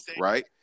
right